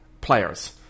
players